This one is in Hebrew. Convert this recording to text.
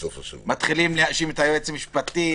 מתחילים להאשים את היועץ המשפטי.